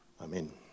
Amen